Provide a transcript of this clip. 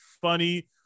funny